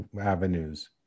avenues